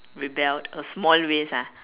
rebelled uh small ways ah